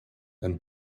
and